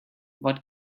what